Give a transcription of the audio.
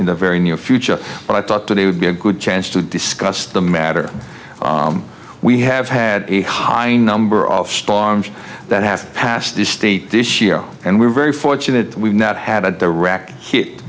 in the very near future but i thought today would be a good chance to discuss the matter we have had a high number of storms that have passed the state this year and we're very fortunate that we've not had a direct hit